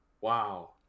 wow